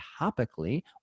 topically